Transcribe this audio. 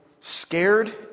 scared